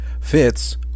Fitz